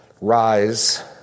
rise